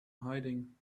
hiding